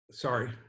Sorry